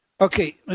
Okay